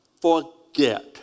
forget